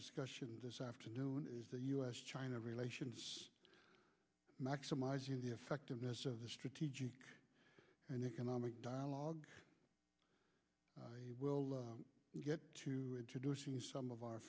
discussion this afternoon is the us china relations maximizing the effectiveness of the strategic and economic dialogue will you get to introduce you some of our